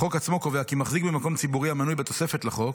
החוק עצמו קובע כי מחזיק במקום ציבורי המנוי בתוספת לחוק